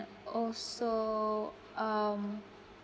also um